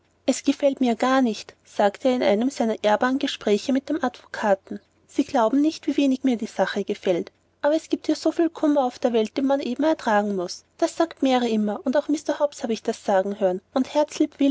es gefällt mir gar nicht sagte er in einem seiner ehrbaren gespräche mit dem advokaten sie glauben nicht wie wenig mir die sache gefällt aber es gibt ja viel kummer auf der welt den man eben ertragen muß das sagt mary immer und auch mr hobbs hab ich das sagen hören und herzlieb